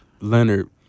Leonard